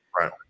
Right